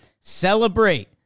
celebrate